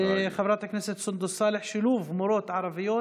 של חברת הכנסת סונדוס סאלח: שילוב מורות ערביות